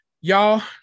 y'all